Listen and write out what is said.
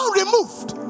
removed